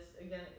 again